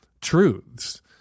truths